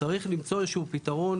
צריך למצוא איזשהו פתרון